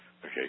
Okay